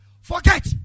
forget